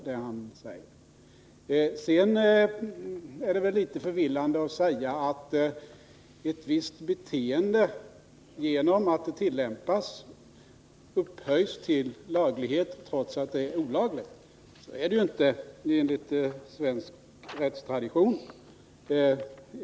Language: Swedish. Sedan är det vällitet förvillande att säga att ett visst beteende genom att det tillämpas upphöjs till laglighet trots att det är olagligt. Så är det ju inte enligt svensk rättstradition.